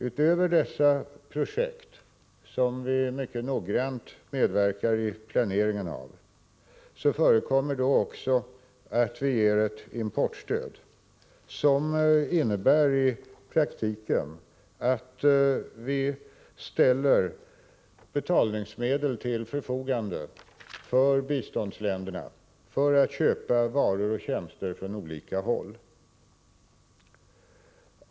Utöver dessa projekt, som vi mycket noggrant medverkar i planeringen av, förekommer också att vi ger ett importstöd, vilket i praktiken innebär att vi ställer betalningsmedel till biståndsländernas förfogande för att de skall kunna köpa varor och tjänster från olika håll.